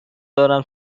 دارم